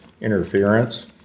interference